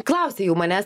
klausė jau manęs